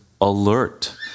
alert